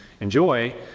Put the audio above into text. enjoy